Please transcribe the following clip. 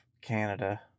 Canada